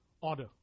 order